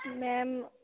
ma'am